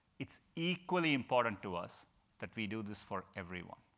it's equally important to us that we do this for everyone.